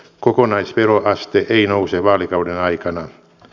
kokonaisveroaste ei nouse vaalikauden aikana